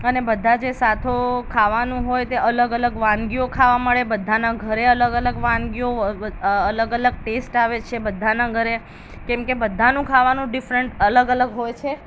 અને બધા જે સાથો ખાવાનું હોય તે અલગ અલગ વાનગીઓ ખાવા મળે બધાના ઘરે અલગ અલગ વાનગીઓ અલગ અલગ ટેસ્ટ આવે છે બધાના ઘરે કેમ કે બધાનું ખાવાનું ડિફરન્ટ અલગ અલગ હોય છે